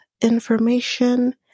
information